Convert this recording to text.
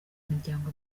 imiryango